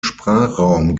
sprachraum